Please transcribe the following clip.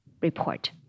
report